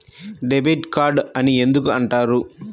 Debit card అని ఎందుకు అంటారు?